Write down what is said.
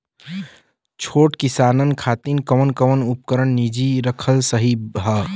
छोट किसानन खातिन कवन कवन उपकरण निजी रखल सही ह?